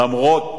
למרות